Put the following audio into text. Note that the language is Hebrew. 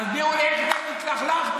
תסבירו לי, איך התלכלכתם?